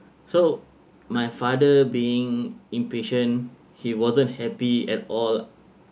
so my father being impatient he wasn't happy at all